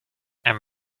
and